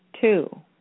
two